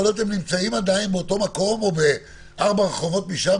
יכול להיות שהם נמצאים באותו מקום או ארבע רחובות משם